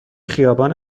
خیابان